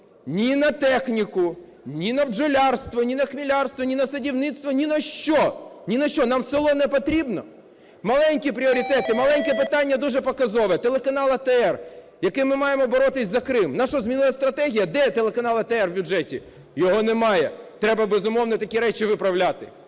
ні на техніку, ні на бджолярство, ні на хмелярство, ні на садівництво, ні на що, ні на що! Нам село не потрібне? Маленькі пріоритети, маленьке питання дуже показове. Телеканал АТR, яке ми маємо боротися за Крим, у нас, що змінилася стратегія? Де телеканал АТR в бюджеті? Його немає. Треба, безумовно, такі речі виправляти.